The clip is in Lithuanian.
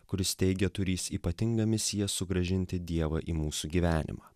kuris teigia turįs ypatingą misiją sugrąžinti dievą į mūsų gyvenimą